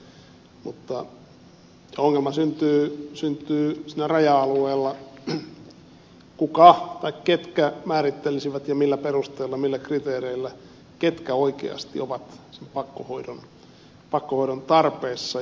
mutta ongelma syntyy siinä raja alueella kuka tai ketkä määrittelisivät ja millä perusteella millä kriteereillä ketkä oikeasti ovat pakkohoidon tarpeessa